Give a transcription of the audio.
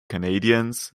canadians